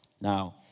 Now